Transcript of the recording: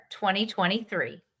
2023